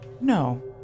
No